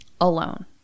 alone